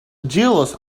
jealous